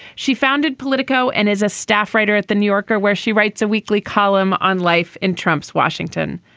she founded politico and is a staff writer at the new yorker where she writes a weekly column on life in trump's washington.